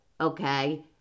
okay